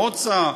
מוצא,